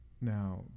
Now